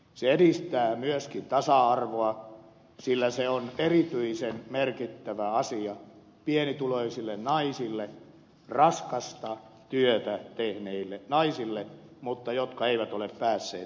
se edistää myöskin tasa arvoa sillä se on erityisen merkittävä asia pienituloisille naisille raskasta työtä tehneille naisille jotka eivät ole päässeet eläketurvan piiriin